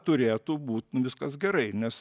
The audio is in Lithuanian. turėtų būt viskas gerai nes